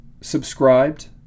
subscribed